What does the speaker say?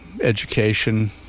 education